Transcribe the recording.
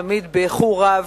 תמיד באיחור רב,